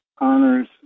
Honors